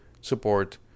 support